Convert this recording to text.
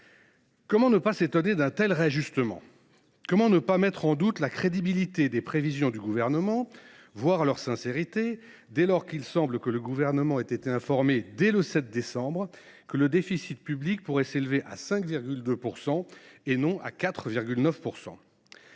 Comment ne pas s’étonner d’un tel réajustement ? Comment ne pas mettre en doute la crédibilité des prévisions du Gouvernement, voire leur sincérité, dès lors que celui ci semble avoir été informé dès le 7 décembre dernier que le déficit public pourrait s’élever à 5,2 % et non plus à 4,9 %?